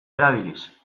erabiliz